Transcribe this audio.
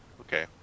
Okay